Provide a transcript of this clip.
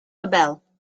labelle